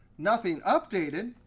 nothing updated?